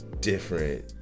different